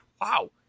wow